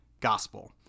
gospel